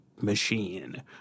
machine